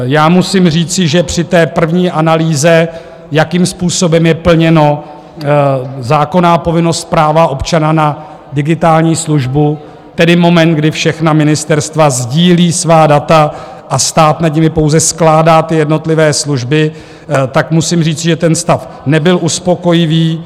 Já musím říci, že při té první analýze, jakým způsobem je plněna zákonná povinnost práva občana na digitální službu, tedy moment, kdy všechna ministerstva sdílí svá data a stát nad nimi pouze skládá ty jednotlivé služby, tak musím říci, že ten stav nebyl uspokojivý.